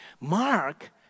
Mark